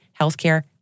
healthcare